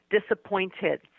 disappointed